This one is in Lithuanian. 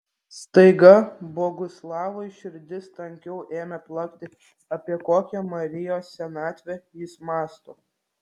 staiga boguslavui širdis tankiau ėmė plakti apie kokią marijos senatvę jis mąsto